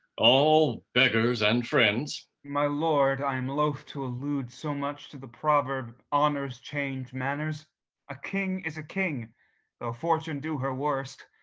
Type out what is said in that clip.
all beggars and friends. my lord, i am loath to allude so much to the proverb, honors change manners a king is a king, though fortune do her worst,